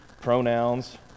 pronouns